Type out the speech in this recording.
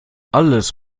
alles